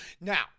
Now